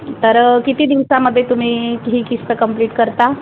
तर किती दिवसामध्ये तुम्ही ही किस्त कंप्लीट करता